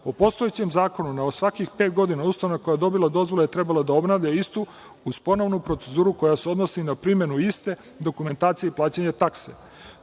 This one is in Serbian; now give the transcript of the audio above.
U postojećem zakonu na svakih pet godina ustanova koja je dobila dozvolu je trebala da obnavlja istu uz ponovnu proceduru koja se odnosi na primenu iste dokumentacije i plaćanje takse. Novi